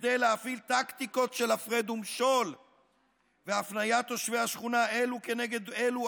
כדי להפעיל טקטיקות של הפרד ומשול והפניית תושבי השכונה אלו כנגד אלו,